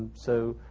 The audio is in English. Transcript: so,